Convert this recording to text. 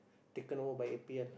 taken over by n_p_l